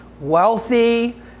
wealthy